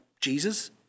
Jesus